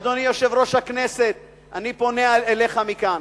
אדוני יושב-ראש הכנסת, אני פונה אליך מכאן: